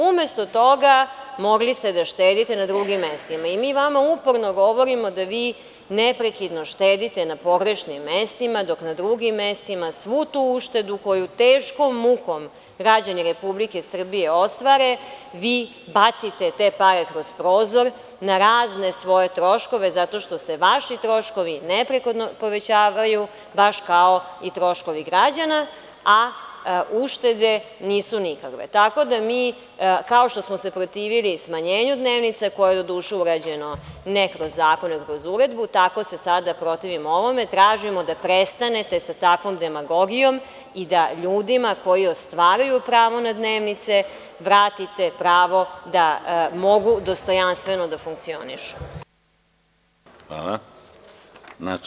Umesto toga, mogli ste da štedite na drugim mestima i mi vama uporno govorimo da vi neprekidno štedite na pogrešnim mestima, dok na drugim mestima svu tu uštedu koju teškom mukom građani Republike Srbije ostvare, vi bacite te pare kroz prozor na razne svoje troškove, zato što se vaši troškovi neprekidno povećavaju, baš kao i troškovi građana, a uštede nisu nikakve, tako da mi, kao što smo se protivili smanjenju dnevnica, koje je doduše uređeno ne kroz zakone, nego kroz uredbu, tako se sada protivimo ovome i tražimo da prestanete sa takvom demagogijom i da ljudima koji ostvaruju pravo na dnevnice vratite pravo da mogu dostojanstveno da funkcionišu.